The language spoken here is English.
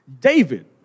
David